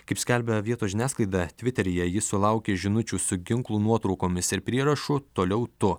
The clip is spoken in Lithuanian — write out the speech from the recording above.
kaip skelbia vietos žiniasklaida tviteryje ji sulaukė žinučių su ginklų nuotraukomis ir prierašu toliau tu